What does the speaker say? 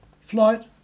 flight